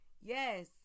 yes